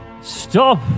Stop